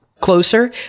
closer